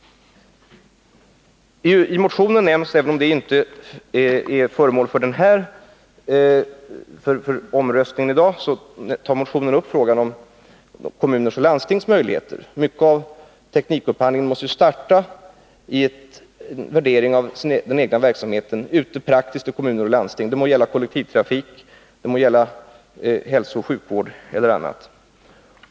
I motionen tas också upp, även om det inte är föremål för omröstning i dag —- kommuners och landstings möjligheter. Mycket av teknikupphandlingen måste starta med utgångspunkt i en värdering rent praktiskt av den egna verksamheten ute i kommuner och landsting. Det må gälla kollektivtrafik, hälsooch sjukvård eller annat.